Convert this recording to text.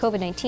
COVID-19